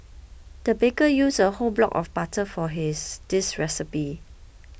the baker used a whole block of butter for this recipe